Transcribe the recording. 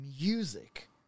music